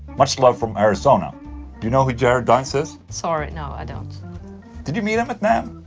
much love from arizona do you know who jared dines is? sorry, no, i don't did you meet him at namm?